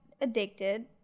addicted